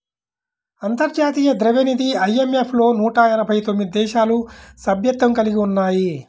అంతర్జాతీయ ద్రవ్యనిధి ఐ.ఎం.ఎఫ్ లో నూట ఎనభై తొమ్మిది దేశాలు సభ్యత్వం కలిగి ఉన్నాయి